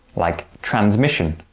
like transmission,